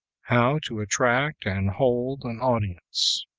how to attract and hold an audience.